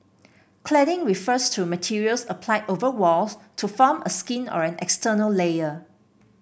cladding refers to materials applied over walls to form a skin or an external layer